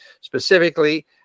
specifically